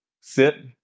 sit